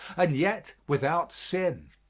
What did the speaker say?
and yet without sin.